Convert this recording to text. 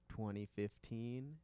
2015